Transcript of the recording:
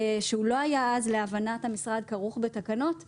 שלא היה אז להבנת המשרד כרוך בתקנות נבלם.